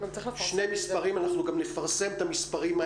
גם צריך לפרסם את זה.